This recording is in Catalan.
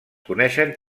coneixen